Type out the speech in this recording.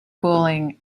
fooling